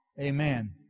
Amen